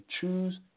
choose